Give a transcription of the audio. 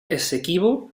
essequibo